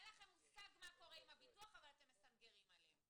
אין לכם מושג מה קורה עם הביטוח אבל אתם מסנגרים עליהם.